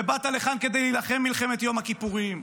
ובאת לכאן כדי להילחם במלחמת יום הכיפורים,